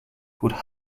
called